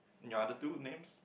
your other two names